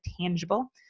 tangible